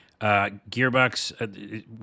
gearbox